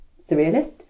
surrealist